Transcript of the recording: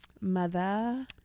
mother